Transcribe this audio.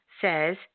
says